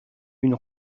une